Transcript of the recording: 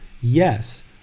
yes